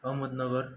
Ahmednagar